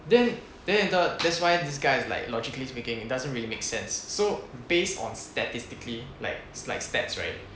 then then later that's why this guy is like logically speaking it doesn't really make sense so based on statistically like slight stats right